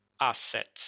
assets